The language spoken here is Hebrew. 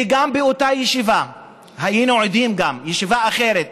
ובאותה ישיבה היינו עדים, סליחה, ישיבה אחרת.